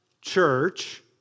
church